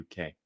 UK